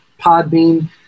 Podbean